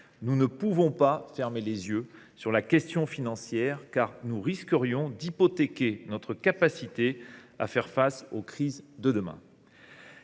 Nous ne pouvons pas fermer les yeux sur la question financière, car nous risquerions d’hypothéquer notre capacité à faire face aux crises de demain.